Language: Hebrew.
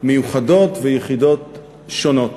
מיוחדות ויחידות שונות.